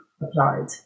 applied